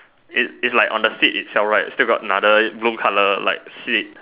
it it's like on the seat itself right still got blue color like seat